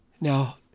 Now